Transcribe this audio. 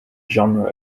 genre